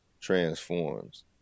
transforms